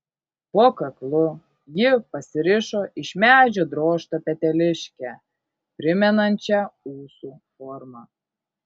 po kaklu ji pasirišo iš medžio drožtą peteliškę primenančią ūsų formą